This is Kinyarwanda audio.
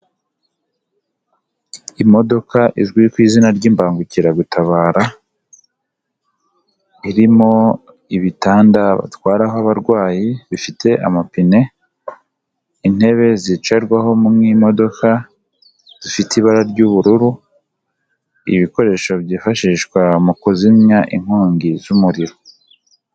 Imodoka izwi ku izina ry'imbangukiragutabara irimo ibitanda batwaraho abarwayi bifite amapine, intebe zicarwaho mu imodoka zifite ibara ry'ubururu, ibikoresho byifashishwa mu kuzimya inkongi z'umuriro.